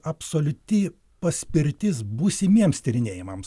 absoliuti paspirtis būsimiems tyrinėjimams